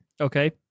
Okay